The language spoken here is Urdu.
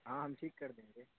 ہاں ہم ٹھیک کر دیں گے